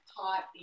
taught